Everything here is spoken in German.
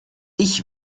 ich